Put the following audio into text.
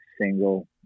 single